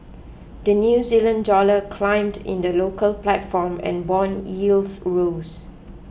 the New Zealand Dollar climbed in the local platform and bond yields rose